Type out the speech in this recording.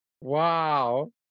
Wow